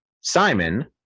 simon